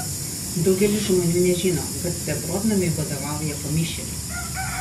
daugelis žmonių nežino kad beprotnamiui vadovauja pamišėliai